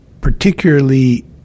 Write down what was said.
particularly